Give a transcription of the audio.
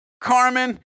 Carmen